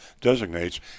designates